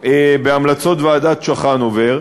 בהמלצות ועדת צ'חנובר.